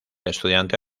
estudiante